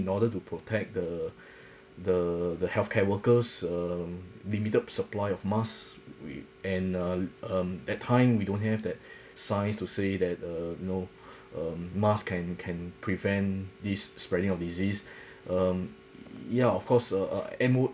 in order to protect the the the healthcare workers um limited supply of masks we and uh um that time we don't have that science to say that uh know um mask can can prevent these spreading of disease um yeah of course uh uh M_O